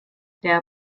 der